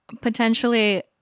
Potentially